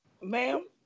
ma'am